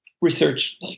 research